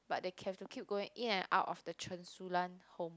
but they have to keep going in and out of the Chen-Su-Lan home